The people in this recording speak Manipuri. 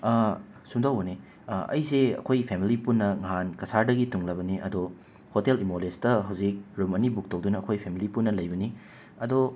ꯁꯨꯝꯗꯧꯕꯅꯤ ꯑꯩꯁꯤ ꯑꯩꯈꯣꯏ ꯐꯦꯃꯤꯂꯤ ꯄꯨꯟꯅ ꯅꯍꯥꯟ ꯀꯁꯥꯔꯗꯒꯤ ꯊꯨꯡꯂꯕꯅꯤ ꯑꯗꯣ ꯍꯣꯇꯦꯜ ꯏꯃꯣꯂꯦꯁꯇ ꯍꯧꯖꯤꯛ ꯔꯨꯝ ꯑꯅꯤ ꯕꯨꯛ ꯇꯧꯗꯨꯅ ꯑꯩꯈꯣꯏ ꯐꯦꯃꯤꯂꯤ ꯄꯨꯟꯅ ꯂꯩꯕꯅꯤ ꯑꯗꯣ